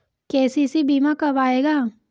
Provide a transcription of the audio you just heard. KCC बीमा कब आएगा?